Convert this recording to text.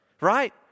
Right